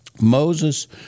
Moses